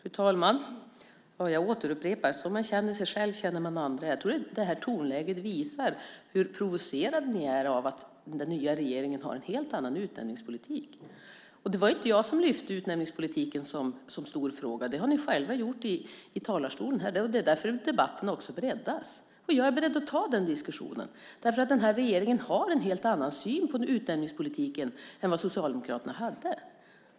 Fru talman! Jag återupprepar: Som man känner sig själv känner man andra. Jag tror att detta tonläge visar hur provocerade ni är av att den nya regeringen har en helt annan utnämningspolitik. Det var inte jag som lyfte fram utnämningspolitiken som en stor fråga. De har ni själva gjort i talarstolen här. Det är därför som debatten också breddas. Jag är beredd att ta den diskussionen därför att den här regeringen har en helt annan syn på utnämningspolitiken än vad Socialdemokraterna hade.